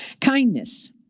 Kindness